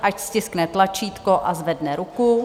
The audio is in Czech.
Ať stiskne tlačítko a zvedne ruku.